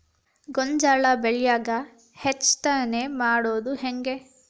ಗೋಂಜಾಳ ಬೆಳ್ಯಾಗ ಹೆಚ್ಚತೆನೆ ಮಾಡುದ ಹೆಂಗ್?